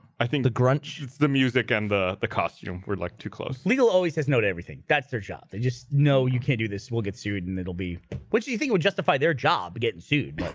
i think the grunch it's the music and the the costume we're like two clothes legal always says no to everything that's their job. they just know you can't do this we'll get sued and it'll be which do you think would justify their job getting sued?